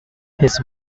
his